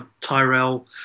Tyrell